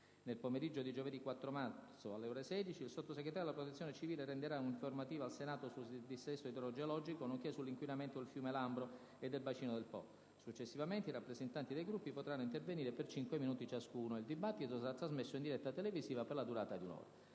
Nel pomeriggio di giovedì 4 marzo, alle ore 16, il Sottosegretario alla Protezione civile renderà un'informativa al Senato sul dissesto idrogeologico, nonché sull'inquinamento del fiume Lambro e del bacino del Po. Successivamente, i rappresentanti dei Gruppi potranno intervenire per 5 minuti ciascuno. Il dibattito sarà trasmesso in diretta televisiva per la durata di un'ora.